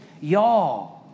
y'all